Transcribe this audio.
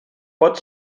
pot